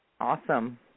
Awesome